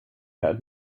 had